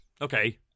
Okay